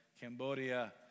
Cambodia